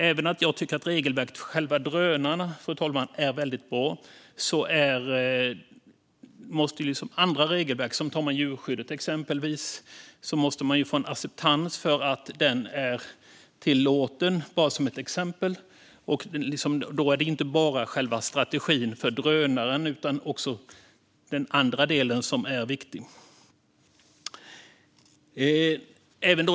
Även om jag tycker att regelverket för själva drönarna är väldigt bra, fru talman, måste också andra regelverk följa med. Man kan ta djurskyddet, exempelvis. Då måste man få en acceptans för att detta är tillåtet - bara som ett exempel. Det är då inte bara själva strategin för drönaren som är viktig utan också den andra delen.